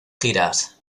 giras